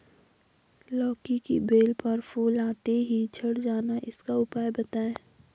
लौकी की बेल पर फूल आते ही झड़ जाना इसका उपाय बताएं?